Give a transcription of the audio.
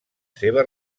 seva